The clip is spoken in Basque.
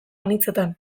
anitzetan